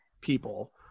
people